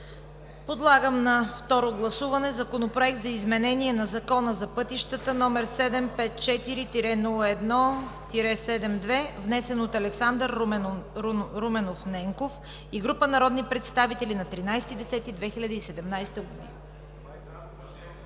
Подлагам на второ гласуване Законопроект за изменение на Закона за пътищата, № 754-01-72, внесен от Александър Руменов Ненков и група народни представители на 13